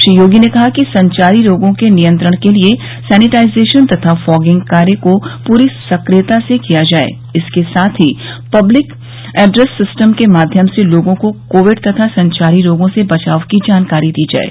श्री योगी ने कहा संचारी रोगों के नियंत्रण के लिए सैनिटाइजेशन तथा फॉगिंग कार्य को पूरी सक्रियता से किया जाये इसके साथ ही पब्लिक ऐड्रस सिस्टम के माध्यम से लोगों को कोविड तथा संचारी रोगों से बचाव की जानकारी दी जाये